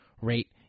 rate